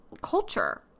culture